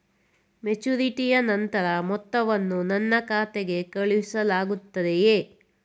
ಮೆಚುರಿಟಿಯ ನಂತರ ಮೊತ್ತವನ್ನು ನನ್ನ ಖಾತೆಗೆ ಕಳುಹಿಸಲಾಗುತ್ತದೆಯೇ?